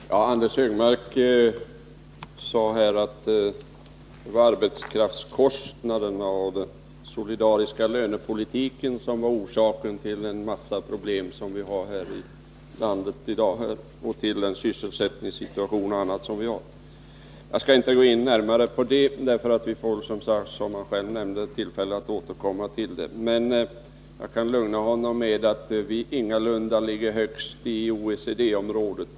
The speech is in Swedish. Fru talman! Anders Högmark sade att det var arbetskraftskostnaderna och den solidariska lönepolitiken som var orsaken till en mängd av det här landets problem och till den sysselsättningssituation som vi har etc. Jag skall inte närmare gå in på det, därför att vi får — som han själv nämnde -— tillfälle att återkomma till detta. Men jag kan lugna honom med att säga att Sveriges löneläge ingalunda ligger högst i OECD-området.